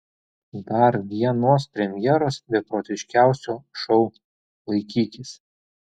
dar vienos premjeros beprotiškiausio šou laikykis